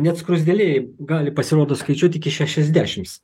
net skruzdėlė gali pasirodo skaičiuot iki šešiasdešims